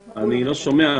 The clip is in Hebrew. סליחה, אני לא שומע.